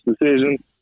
decision